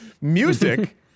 music